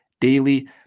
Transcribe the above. daily